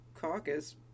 caucus